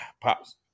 Pops